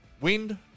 wind